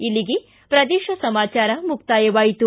ಇಲ್ಲಿಗೆ ಪ್ರದೇಶ ಸಮಾಚಾರ ಮುಕ್ತಾಯವಾಯಿತು